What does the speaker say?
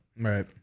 Right